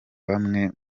bamwe